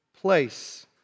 place